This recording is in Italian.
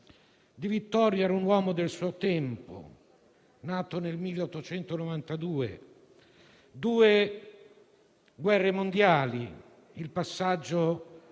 Di Vittorio era un uomo del suo tempo, nato nel 1892: due guerre mondiali, il passaggio